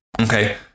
okay